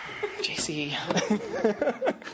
jc